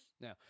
Now